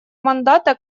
мандата